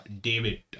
David